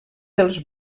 dels